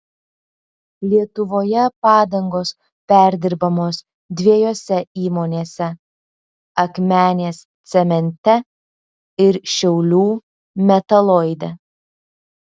lietuvoje padangos perdirbamos dviejose įmonėse akmenės cemente ir šiaulių metaloide